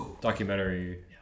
Documentary